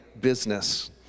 business